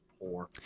poor